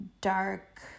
dark